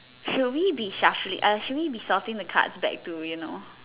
should we be shuffling should we be sorting the cards back to you know